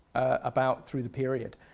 about through the period.